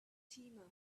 fatima